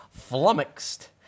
Flummoxed